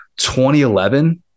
2011